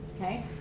okay